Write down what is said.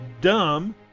dumb